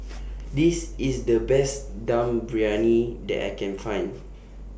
This IS The Best Dum Briyani that I Can Find